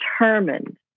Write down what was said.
determined